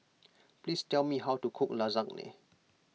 please tell me how to cook Lasagne